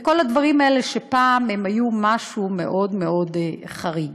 כל הדברים האלה שפעם הם היו משהו מאוד מאוד חריג.